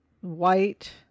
white